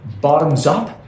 bottoms-up